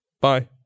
Bye